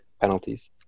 penalties